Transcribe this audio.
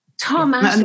Tom